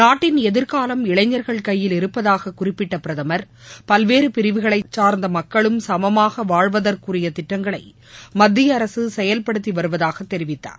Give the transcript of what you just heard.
நாட்டின் எதிர்காலம் இளைஞர்கள் கையில் இருப்பதாக குறிப்பிட்ட பிரதமர் பல்வேறு பிரிவுகளைச் சார்ந்த மக்களும் சமமாக வாழ்வதற்குரிய திட்டங்களை மத்திய அரசு செயல்படுத்தி வருவதாக தெரிவித்தார்